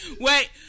Wait